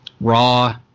Raw